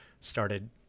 started